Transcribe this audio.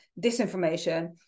disinformation